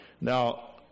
Now